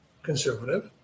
Conservative